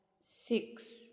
six